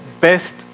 best